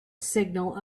signal